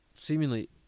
seemingly